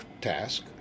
task